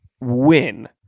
win